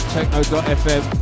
Techno.fm